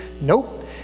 Nope